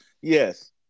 Yes